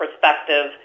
perspective